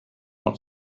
not